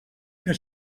que